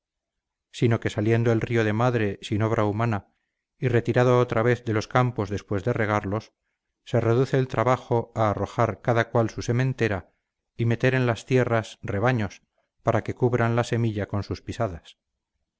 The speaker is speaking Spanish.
sino que saliendo el río de madre sin obra humana y retirado otra vez de los campos después de regarlos se reduce el trabajo a arrojar cada cual su sementera y meter en las tierras rebaños para que cubran la semilla con sus pisadas